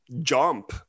jump